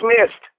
Dismissed